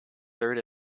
third